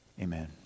amen